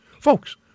Folks